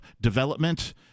development